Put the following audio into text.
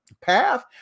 path